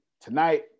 tonight